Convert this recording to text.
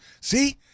See